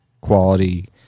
Quality